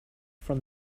from